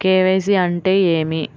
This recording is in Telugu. కే.వై.సి అంటే ఏమి?